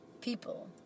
people